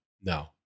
No